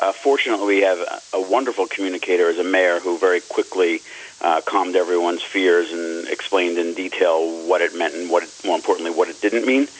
ah fortunately, we have a wonderful communicator as a mayor who very quickly calmed everyone's fears and explained in detail what it meant and what, more importantly, what it didn't mean.